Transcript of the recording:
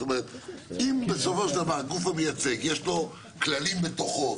זאת אומרת שאם בסופו של דבר הגוף המייצג יש לו כללים בתוכו,